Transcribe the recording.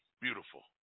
Beautiful